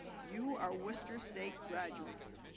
you are worcester state graduates.